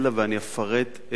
ואני אפרט את